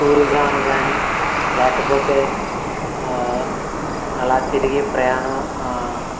టూరిజమని కానీ లేకపోతే అలా తిరిగి ప్రయాణం